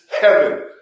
heaven